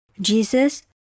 Jesus